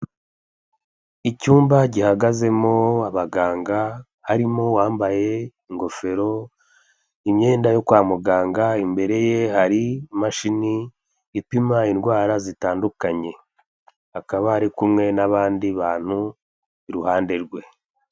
Icyumba gihagazemo abaganga, harimo uwambaye ingofero, imyenda yo kwa muganga, imbere ye hari imashini ipima indwara zitandukanye, akaba ari kumwe n'abandi bantu iruhande rwe.